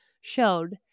showed